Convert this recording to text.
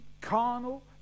carnal